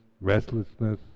restlessness